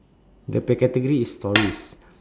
the pe~ category is stories